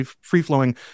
free-flowing